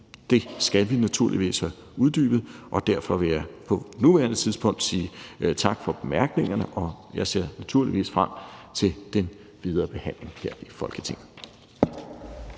det skal vi naturligvis have uddybet, og derfor vil jeg på nuværende tidspunkt sige tak for bemærkningerne, og jeg ser naturligvis frem til den videre behandling her i Folketinget.